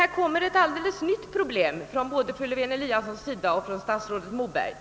Här drar emellertid fru Lewén-Eliasson och statsrådet upp ett alldeles nytt problem.